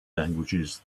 languages